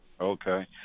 Okay